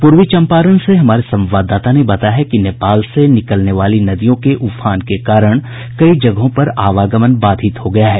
पूर्वी चम्पारण से हमारे संवाददाता ने बताया है कि नेपाल से निकलने वाली नदियों के उफान के कारण कई जगहों पर आवागमन बाधित हो गया है